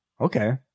Okay